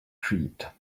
treat